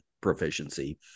proficiency